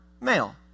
male